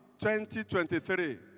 2023